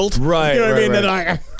Right